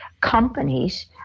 companies